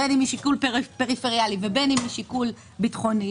בין אם משיקול פריפריאלי ובין אם משיקול ביטחוני,